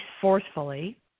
forcefully